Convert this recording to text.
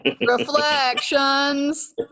Reflections